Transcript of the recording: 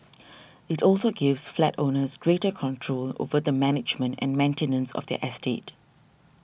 it also gives flat owners greater control over the management and maintenance of their estate